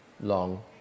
long